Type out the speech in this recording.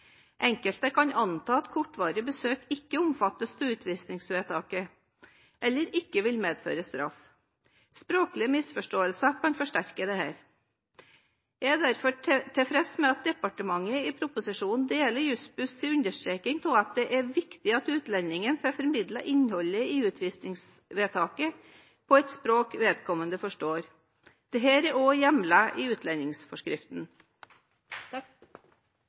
Enkelte kan anta at kortvarige besøk ikke omfattes av utvisningsvedtaket eller ikke vil medføre straff. Språklige misforståelser kan forsterke dette. Jeg er derfor tilfreds med at departementet i proposisjonen er enig med Juss-Buss i at det er viktig at utlendingen får formidlet innholdet i utvisningsvedtaket på et språk vedkommende forstår. Dette er også hjemlet i utlendingsforskriften.